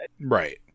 Right